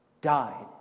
Died